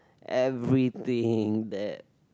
everything that